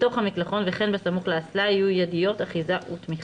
בתוך המקלחון וכן בסמוך לאסלה יהיו ידיות אחיזה ותמיכה,